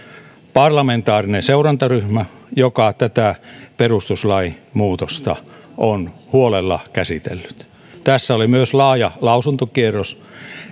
parlamentaarinen seurantaryhmä joka tätä perustuslain muutosta on huolella käsitellyt tässä oli myös laaja lausuntokierros